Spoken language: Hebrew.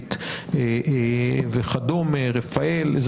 אלביט וכדומה, רפא"ל.